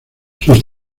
sus